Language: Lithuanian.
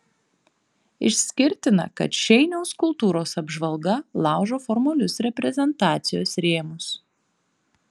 išskirtina kad šeiniaus kultūros apžvalga laužo formalius reprezentacijos rėmus